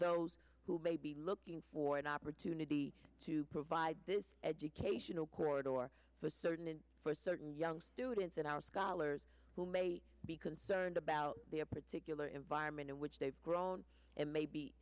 those who may be looking for an opportunity to provide this educational corridor or for certain for certain young students in our scholars who may be concerned about the a particular environment in which they've grown and